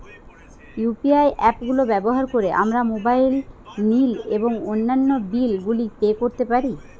UPI app গুলো ব্যবহার করে আমরা মোবাইল নিল এবং অন্যান্য বিল গুলি পে করতে পারি